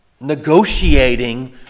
negotiating